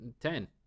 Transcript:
Ten